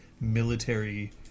military